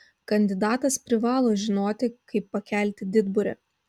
kandidatas privalo žinoti kaip pakelti didburę